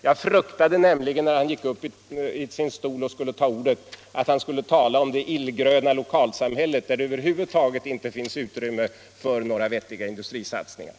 Jag fruktade nämligen när han begärde ordet att han skulle tala om det illgröna lokalsamhället, där det över huvud taget inte finns utrymme för några vettiga industrisatsningar.